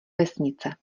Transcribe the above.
vesnice